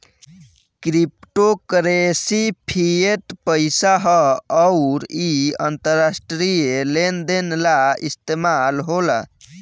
crypto currency fiat पईसा ह अउर इ अंतरराष्ट्रीय लेन देन ला इस्तमाल होला